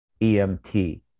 EMT